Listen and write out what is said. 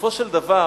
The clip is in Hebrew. בסופו של דבר